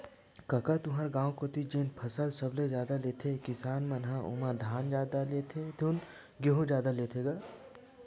कका तुँहर गाँव कोती जेन फसल सबले जादा लेथे किसान मन ह ओमा धान जादा लेथे धुन गहूँ जादा लेथे गा?